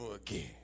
again